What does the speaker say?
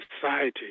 society